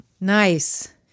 Nice